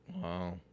Wow